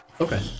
okay